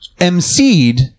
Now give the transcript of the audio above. emceed